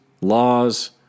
laws